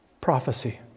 prophecy